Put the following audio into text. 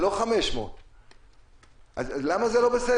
זה לא 500. למה זה לא בסדר?